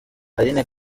aline